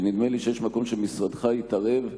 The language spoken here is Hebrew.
שנדמה לי שיש מקום שמשרדך יתערב בהם.